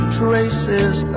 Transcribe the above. traces